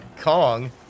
Kong